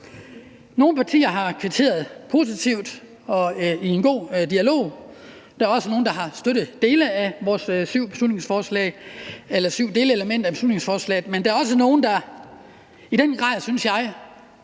nogle partier har kvitteret positivt og i en god dialog – der er også nogle, der har støttet de syv delelementer i beslutningsforslaget – men der er, synes jeg, også nogle, der i den grad har